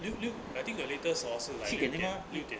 六六 I think the latest hor 是 like 六点六点